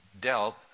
dealt